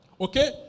Okay